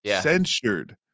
censured